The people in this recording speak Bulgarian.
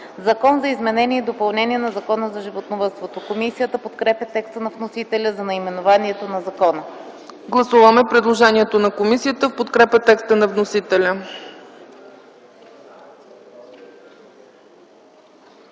„Закон за изменение и допълнение на Закона за животновъдството” Комисията подкрепя текста на вносителя за наименование на закона. ПРЕДСЕДАТЕЛ ЦЕЦКА ЦАЧЕВА: Гласуваме предложението на комисията в подкрепа текста на вносителя.